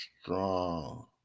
strong